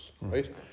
right